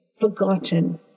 forgotten